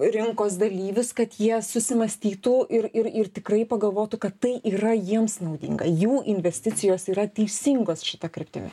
rinkos dalyvius kad jie susimąstytų ir ir ir tikrai pagalvotų kad tai yra jiems naudinga jų investicijos yra teisingos šita kryptimi